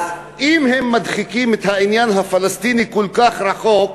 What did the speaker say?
אז אם הם מדחיקים את העניין הפלסטיני, כל כך רחוק,